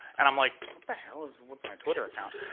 and i'm like, what the hell is with my twitter account?